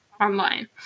online